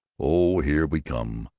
oh, here we come,